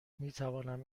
میتوانم